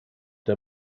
der